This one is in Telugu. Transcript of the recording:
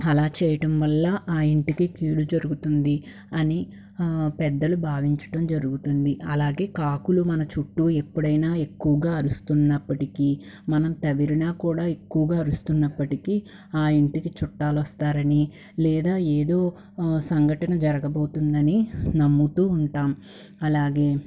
అలా చేయడం వల్ల ఆ ఇంటికి కీడు జరుగుతుంది అని పెద్దలు భావించడం జరుగుతుంది అలాగే కాకులు మన చుట్టూ ఎప్పుడైనా ఎక్కువగా అరుస్తున్నప్పటికీ మనం తరిమినా కూడా ఎక్కువగా అరుస్తున్నప్పటికీ ఆ ఇంటికి చుట్టాలు వస్తారని లేదా ఏదో సంఘటన జరగబోతుందని నమ్ముతూ ఉంటాం అలాగే